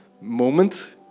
moment